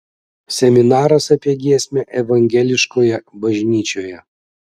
seminaras apie giesmę evangeliškoje bažnyčioje